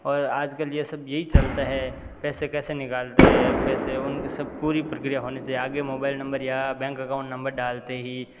और आजकल ये सब यही चलता है पैसे कैसे निकालते हैं पैसे उनकी सब पूरी प्रक्रिया होने चाहिए आगे मोबाइल नंबर या बैंक अकाउंट नंबर डालते ही